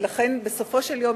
ולכן בסופו של יום,